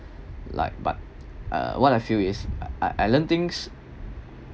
like but uh what I feel is I I I learn things